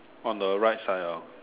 on the right side hor